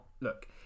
Look